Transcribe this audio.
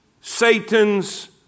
Satan's